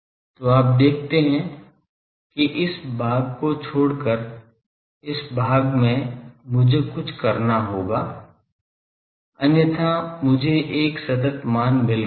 तो आप देखते हैं कि इस भाग को छोड़कर इस भाग में मुझे कुछ करना होगा अन्यथा मुझे एक ज्ञात मान मिल गया है